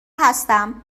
هستم